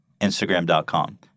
Instagram.com